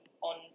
on